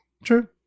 True